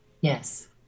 Yes